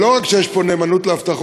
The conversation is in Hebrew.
אבל לא רק שאין פה נאמנות להבטחות,